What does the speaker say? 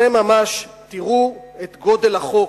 זה ממש, תראו את גודל החוק.